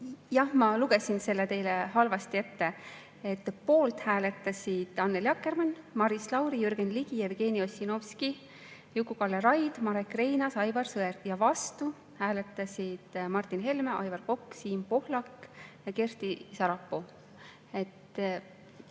Jah, ma lugesin selle teile halvasti ette. Poolt hääletasid Annely Akkermann, Maris Lauri, Jürgen Ligi, Jevgeni Ossinovski, Juku-Kalle Raid, Marek Reinaas, Aivar Sõerd ja vastu hääletasid Martin Helme, Aivar Kokk, Siim Pohlak ja Kersti Sarapuu.